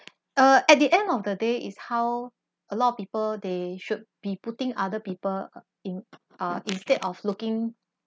uh at the end of the day is how a lot of people they should be putting other people in uh instead of looking